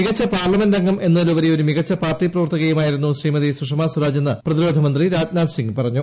മികച്ച പാർലമെന്റ് അംഗം എന്നതിലുപരി ഒരു മികച്ച പാർട്ടി പ്രവർത്തകയുമായിരുന്നു ശ്രീമതി സുഷമ സ്വരാജ് എന്ന് പ്രതിരോധമന്ത്രി രാജ്നാഥ് സിംഗ് പറഞ്ഞു